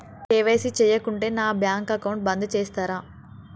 KYC చేయకుంటే నా bank account బంద్ చేస్తరా?